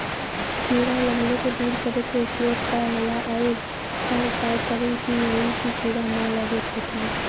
कीड़ा लगले के दूर करे के उपाय का होला और और का उपाय करें कि होयी की कीड़ा न लगे खेत मे?